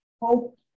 hope